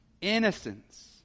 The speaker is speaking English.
Innocence